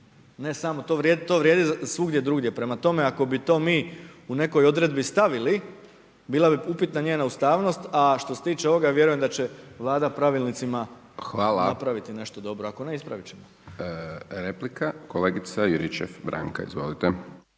Ne samo to vrijedi svugdje drugdje. Prema tome, ako bi to mi u nekoj odredbi stavili bila bi upitna njena ustavnost. A što se tiče ovoga, vjerujem da će Vlada pravilnicima napraviti nešto dobro, ako ne ispraviti ćemo. **Hajdaš Dončić, Siniša (SDP)** Replika,